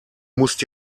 musst